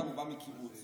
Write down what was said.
אבא שלי בא מקיבוץ,